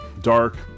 dark